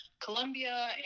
colombia